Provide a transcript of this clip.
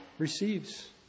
receives